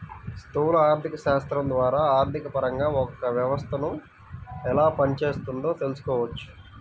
స్థూల ఆర్థికశాస్త్రం ద్వారా ఆర్థికపరంగా ఒక వ్యవస్థను ఎలా పనిచేస్తోందో తెలుసుకోవచ్చు